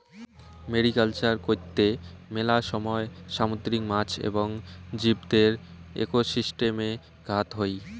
mariculture কৈত্তে মেলা সময় সামুদ্রিক মাছ এবং জীবদের একোসিস্টেমে ঘাত হই